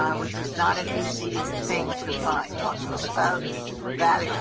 um which was not an easy thing to find. talk to us about that,